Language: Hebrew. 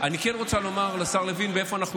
אני כן רוצה לומר לשר לוין איפה אנחנו